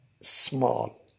small